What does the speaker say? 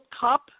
Cup